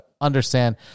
understand